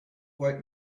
quite